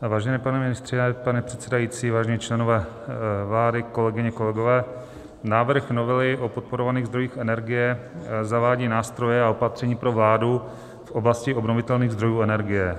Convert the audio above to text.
Vážený pane ministře, pane předsedající, vážení členové vlády, kolegyně, kolegové, návrh novely o podporovaných zdrojích energie zavádí nástroje a opatření pro vládu v oblasti obnovitelných zdrojů energie.